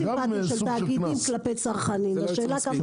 סנקציה.